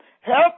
Help